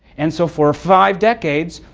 and so for five decades,